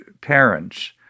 parents